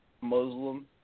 Muslim